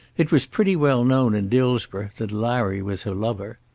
it was pretty well known in dillsborough that larry was her lover.